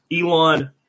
Elon